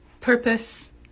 purpose